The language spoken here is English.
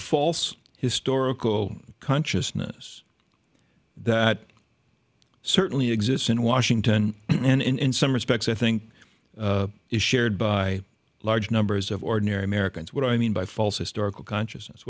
false historical consciousness that certainly exists in washington and in some respects i think is shared by large numbers of ordinary americans what i mean by false historical conscious